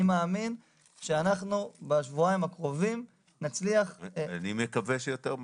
אני מאמין שאנחנו בשבועיים הקרובים נצליח --- אני מקווה שיותר מהר.